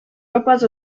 ropas